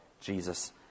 Jesus